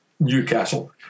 Newcastle